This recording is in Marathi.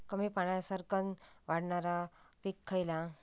कमी पाण्यात सरक्कन वाढणारा पीक खयला?